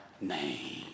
name